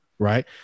Right